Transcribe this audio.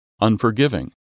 unforgiving